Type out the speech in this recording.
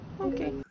Okay